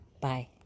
Bye